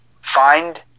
find